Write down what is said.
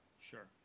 sure